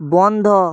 বন্ধ